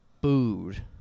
booed